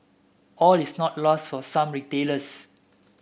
all is not lost for some retailers